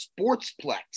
sportsplex